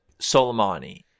soleimani